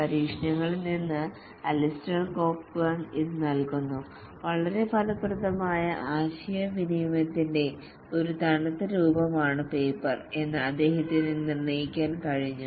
പരീക്ഷണങ്ങളിൽ നിന്ന് Alistair Cockburn ഇത് നൽകുന്നു വളരെ ഫലപ്രദമല്ലാത്ത ആശയവിനിമയത്തിന്റെ ഒരു തണുത്ത രൂപമാണ് പേപ്പർ എന്ന് അദ്ദേഹത്തിന് നിർണ്ണയിക്കാൻ കഴിഞ്ഞു